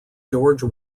george